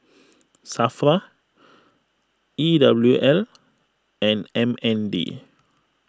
Safra E W L and M N D